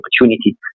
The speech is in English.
opportunity